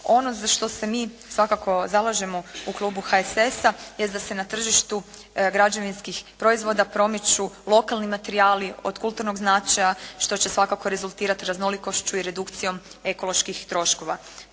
Ono za što se mi svakako zalažemo u klubu HSS-a jest da se na tržištu građevinskih proizvoda promiču lokani materijali od kulturnog značaja što će svakako rezultirati raznolikošću i redukcijom ekoloških troškova.